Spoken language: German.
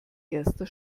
erster